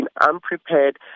unprepared